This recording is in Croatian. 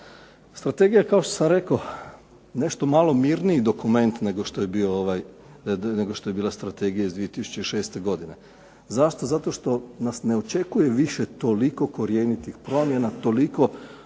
Strategija je, kao što sam rekao, nešto malo mirniji dokument nego što je bila strategija iz 2006. godine. Zašto, zato što nas ne očekuje više toliko korjenitih promjena, toliko zakona